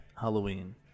Halloween